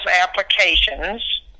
Applications